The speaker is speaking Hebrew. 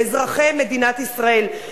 לאזרחי מדינת ישראל.